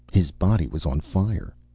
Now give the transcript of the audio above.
his body was on fire.